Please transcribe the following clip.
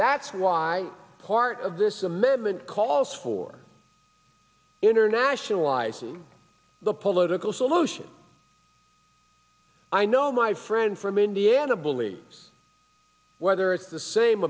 that's why part of this amendment calls for internationalize the political solution i know my friend from indiana believes whether it's the same